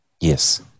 Yes